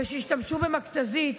וכשהשתמשו במכת"זית